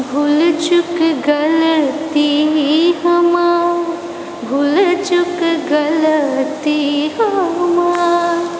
भूल चूक गलती हमार भूल चूक गलती हमार